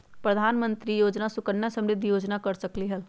प्रधानमंत्री योजना सुकन्या समृद्धि योजना कर सकलीहल?